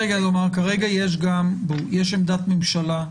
כרגע יש גם עמדת ממשלה.